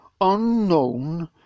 unknown